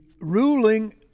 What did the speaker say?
ruling